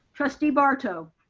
trustee barto.